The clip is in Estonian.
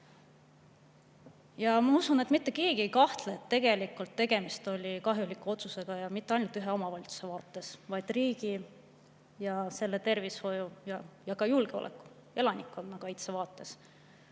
sõna. Ma usun, et mitte keegi ei kahtle selles, et tegelikult oli tegemist kahjuliku otsusega ja mitte ainult ühe omavalitsuse vaates, vaid riigi, selle tervishoiu ja ka julgeoleku, elanikkonnakaitse vaates.